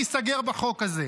שתיסגר בחוק.